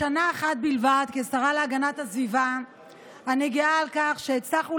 בשנה אחת בלבד כשרה להגנת הסביבה אני גאה בכך שהצלחנו